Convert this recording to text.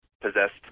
possessed